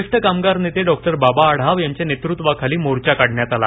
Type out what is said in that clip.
ज्येष्ठ कामगार नेते डॉक्टर बाबा आढाव यांच्या नेतृत्वाखाली मोर्चा काढण्यात आला